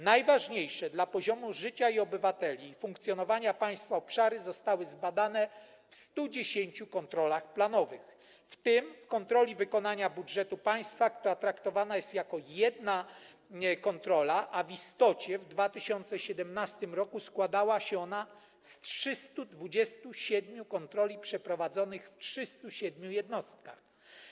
Najważniejsze dla poziomu życia obywateli i funkcjonowania państwa obszary zostały zbadane w 110 kontrolach planowych, w tym w kontroli wykonania budżetu państwa, która traktowana jest jako jedna kontrola, a która w istocie w 2017 r. składała się z 327 kontroli przeprowadzonych w 307 jednostkach.